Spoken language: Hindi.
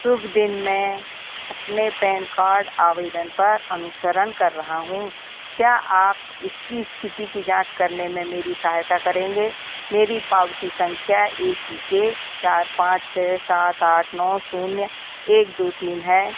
शुभ दिन मैं अपने पैन कार्ड आवेदन पर अनुसरण कर रहा हूँ क्या आप इसकी इस्थिति की जाँच करने में मेरी सहायता करेंगे मेरी पावती सँख्या ए सी के चार पाँच छह सात आठ नौ शून्य एक दो तीन है